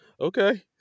Okay